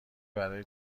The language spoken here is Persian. برای